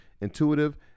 intuitive